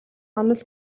онол